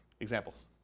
Examples